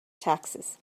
taxes